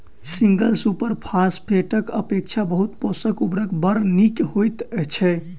single super फौसफेटक अपेक्षा बहु पोषक उर्वरक बड़ नीक होइत छै